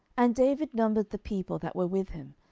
and david numbered the people that were with him,